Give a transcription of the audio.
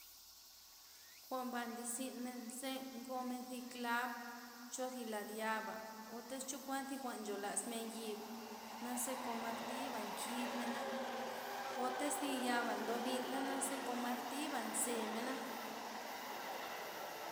Jwa'nba nlizyn men ze' ngomen zi klab' chozi lad yaba', o tiz chokuan zi jwa'n ncholasmen yib, naza kon martiba' nkibmena o tiz yaba ndobila' naze kon martiba' nzemena